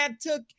took